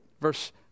verse